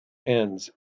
ends